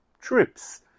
trips